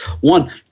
one